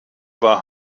war